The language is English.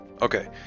okay